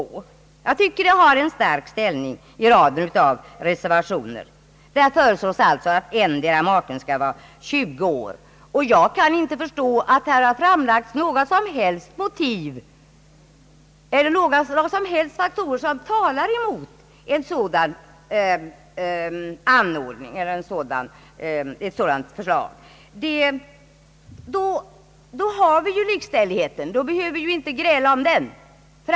Jag tycker att den reservationen har en stark ställning i raden av förslag. Där föreslås att endera maken skall vara 20 år, och jag kan inte finna att det har framförts något som helst argument som talar emot ett sådant förslag. Med det har vi ju åstadkommit likställigheten, och då behöver vi inte gräla om den.